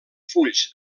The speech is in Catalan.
fulls